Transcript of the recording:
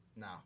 No